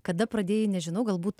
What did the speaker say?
kada pradėjai nežinau galbūt